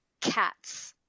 Cats